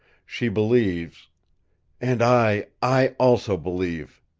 she believes and i i also believe,